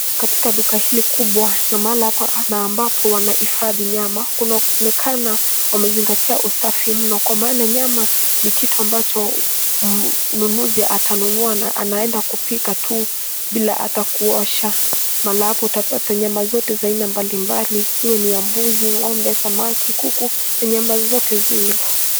Katika duka hili kubwa, na mahala hapa na ambapo wanahifadhi nyama, kunaonekana wamezingatia usafi mno kwa maana nyama ni kitu ambacho mnunuzi atanunua na anaenda kupika tu bila hata kuosha. Mahala hapa utapata nyama zote za aina mbalimbali, iwe ni ya mbuzi, ng'ombe, samaki, kuku, na nyama zote zile.